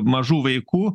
mažų vaikų